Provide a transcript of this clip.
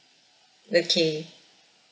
okay